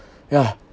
ya